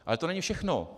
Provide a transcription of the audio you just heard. Ale to není všechno.